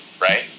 right